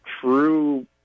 true